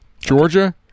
Georgia